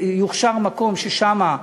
יוכשר מקום שם,